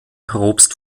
propst